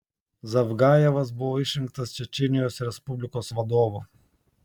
zavgajevas buvo išrinktas čečėnijos respublikos vadovu